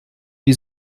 die